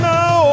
Now